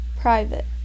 private